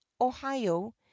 ohio